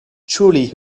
truly